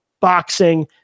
boxing